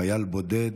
חייל בודד,